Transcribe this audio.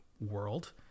world